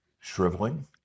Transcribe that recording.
shriveling